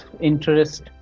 interest